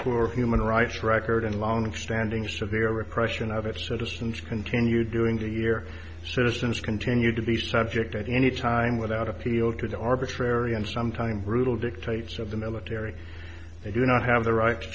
poor human rights record and long standing severe repression of its citizens continue doing the year citizens continue to be subject at any time without appeal to the arbitrary and sometimes brutal dictates of the military they do not have the right to